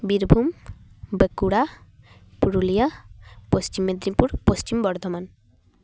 Birbhum Bankura Purulia Paschim Medinipur Paschim Bardhaman